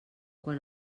quan